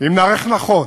אם ניערך נכון,